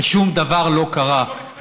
ושום דבר לא קרה.